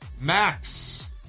Max